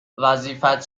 وظیفت